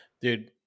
dude